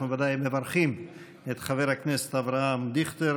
אנחנו ודאי מברכים את חבר הכנסת אברהם דיכטר